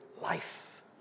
life